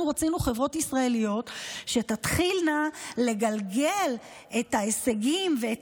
אנחנו רצינו חברות ישראליות שתתחלנה לגלגל את ההישגים ואת